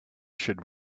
should